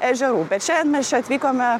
ežerų bet šiandien mes čia atvykome